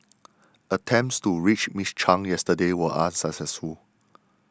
attempts to reach Miss Chung yesterday were unsuccessful